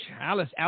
Alice